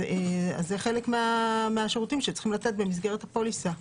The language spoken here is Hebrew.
זה חלק מהשירותים שיש לתת בממסגרת הפוליסה.